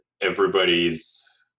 everybody's